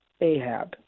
Ahab